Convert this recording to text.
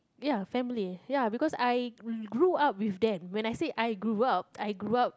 ya family ya because I grew up with them when I say I grew up I grew up